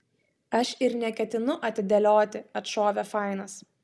aš ir neketinu atidėlioti atšovė fainas